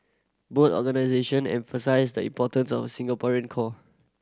both organisation emphasise the importance of a Singaporean core